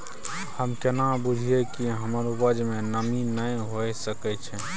हम केना बुझीये कि हमर उपज में नमी नय हुए सके छै?